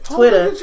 Twitter